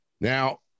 Now